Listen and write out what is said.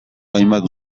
hainbat